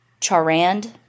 Charand